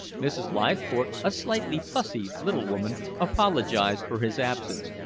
mrs. leithcourt, a slightly fussy little woman, apologized for his absence,